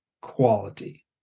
quality